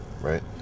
right